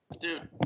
Dude